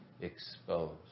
exposed